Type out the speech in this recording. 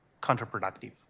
counterproductive